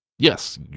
Yes